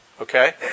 okay